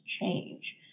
change